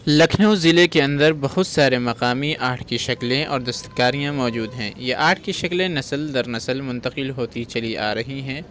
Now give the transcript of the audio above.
لکھنؤ ضلعے کے اندر بہت سارے مقامی آرٹ کی شکلیں اور دستکاریاں موجود ہیں یہ آرٹ کی شکلیں نسل در نسل منتقل ہوتی چلی آ رہی ہیں